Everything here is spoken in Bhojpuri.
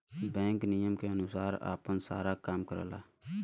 बैंक नियम के अनुसार आपन सारा काम करला